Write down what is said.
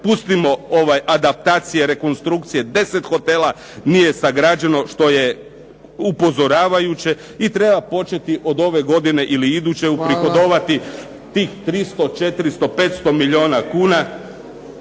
pustimo ove adaptacije, rekonstrukcije, 10 hotela nije sagrađeno, što je upozoravajuće i treba početi od ove godine ili iduće uprihodovati tih 300, 400, 500 milijuna kuna,